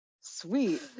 sweet